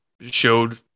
showed